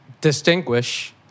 distinguish